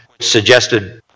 suggested